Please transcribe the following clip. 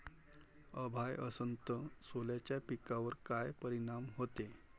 अभाळ असन तं सोल्याच्या पिकावर काय परिनाम व्हते?